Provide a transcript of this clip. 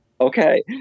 Okay